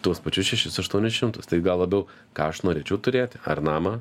tuos pačius šešis aštuonis šimtus tai gal labiau ką aš norėčiau turėti ar namą